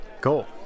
cool